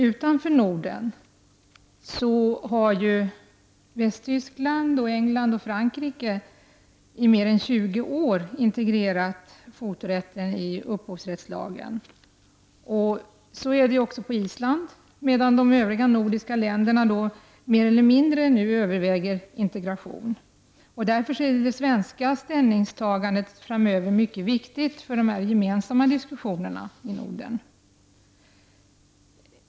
Utanför Norden har t.ex. Västtyskland, England och Frankrike i mer än 20 år integrerat fotografirätten i sina respektive upphovsrättslagar. Så är också fallet i Island, medan de övriga nordiska länderna mer eller mindre överväger integration. Det svenska ställningstagandet blir därför viktigt vid gemensamma nordiska diskussioner.